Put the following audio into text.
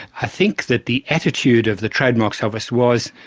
i think that the attitude of the trademarks office was,